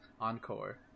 Encore